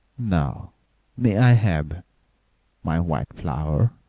now may i have my white flower?